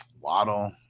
Waddle